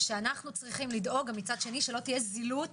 שמצד שני, אנחנו צריכים לדאוג שלא תהיה זילות